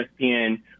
espn